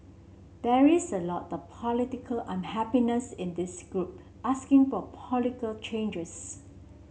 there is a lot of political unhappiness in this group asking for political changes